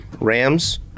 Rams